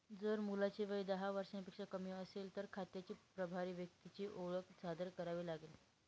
जर मुलाचे वय दहा वर्षांपेक्षा कमी असेल, तर खात्याच्या प्रभारी व्यक्तीची ओळख सादर करावी लागेल